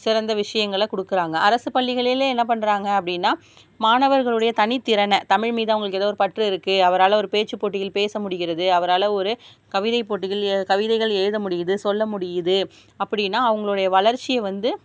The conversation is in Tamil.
சிறந்த விஷயங்கள கொடுக்குறாங்க அரசு பள்ளிகளிலே என்ன பண்ணுறாங்க அப்படினா மாணவர்களுடைய தனி திறனை தமிழ் மீது அவங்ளுக்கு ஏதோ பற்றிருக்கு அவரால் ஒரு பேச்சு போட்டியில் பேச முடிகிறது அவரால் ஒரு கவிதை போட்டிகள் கவிதைகள் எழுத முடியுது சொல்ல முடியுது அப்படினா அவர்களோடைய வளர்ச்சியை வந்து